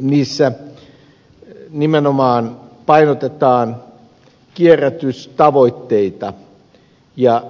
niissä nimenomaan painotetaan kierrätystavoitteita ja